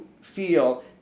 feel